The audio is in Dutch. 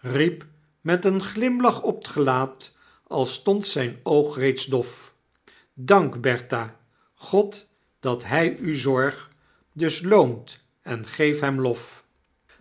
riep met een glimlach op tgelaat al stond zijn oog reeds dof dank bertha god dat hij uw zorg dus loont en geef hem lof